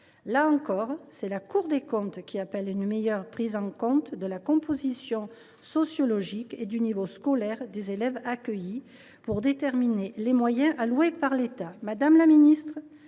Là encore, la Cour des comptes appelle à mieux prendre en considération la composition sociologique et le niveau scolaire des élèves accueillis pour définir les moyens alloués par l’État. Madame la ministre,